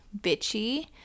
bitchy